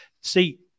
See